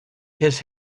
his